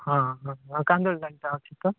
ହଁ ଅଛି ତ